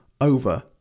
over